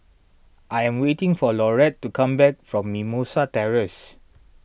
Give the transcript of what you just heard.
I am waiting for Lauretta to come back from Mimosa Terrace